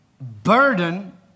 burden